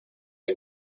hay